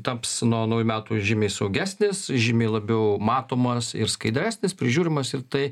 taps nuo naujų metų žymiai saugesnis žymiai labiau matomas ir skaidresnis prižiūrimas ir tai